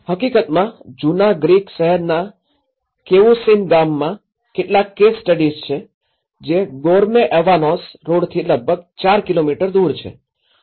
હકીકતમાં જૂના ગ્રીક શહેરના કેવુસીન ગામમાં કેટલાક કેસ સ્ટડીઝ છે જે ગોરમે અવાનોસ રોડથી લગભગ ૪ કિલોમીટર દૂર છે